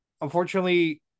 unfortunately